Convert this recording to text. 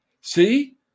see